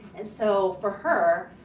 and so, for her,